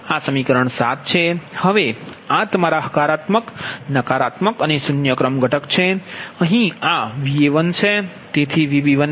હવે આ તમારા હકારાત્મક નકારાત્મક અને 0 ક્રમ ઘટક છે